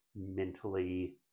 mentally